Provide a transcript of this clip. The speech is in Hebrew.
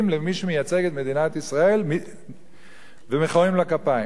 לפני מי שמייצג את מדינת ישראל ומוחאים לה כפיים.